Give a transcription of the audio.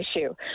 issue